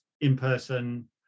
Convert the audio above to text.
in-person